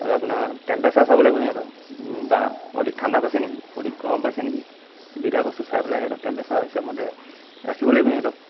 তাৰপিছত আপোনাৰ টেম্প্ৰেচাৰ চাব লাগিব সিহঁতৰ বা অধিক ঠাণ্ডা পাইছে নেকি অধিক গৰম পাইছে নেকি এই দুইটা বস্তু চাই পেলাই সিহঁতক টেম্পেচাৰ হিচাপ মতে ৰাখিব লাগিব সিহঁতক